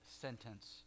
sentence